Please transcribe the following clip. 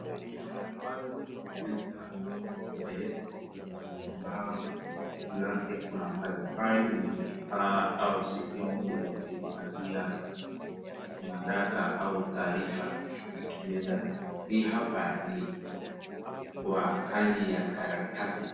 Naona dawati au meza nyeupe ambayo juu yake kuna file . File ni kifaa au sehemu ya kuifadhia nyaraka au taarifa. Inaweza, hii hapa ni kwa hali ya karatasi.